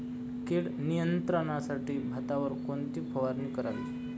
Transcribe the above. कीड नियंत्रणासाठी भातावर कोणती फवारणी करावी?